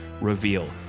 reveal